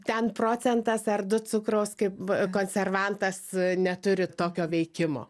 ten procentas ar du cukraus kaip konservantas neturi tokio veikimo